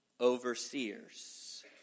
overseers